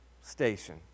station